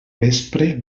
vespre